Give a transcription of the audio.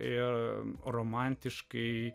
ir romantiškai